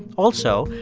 also,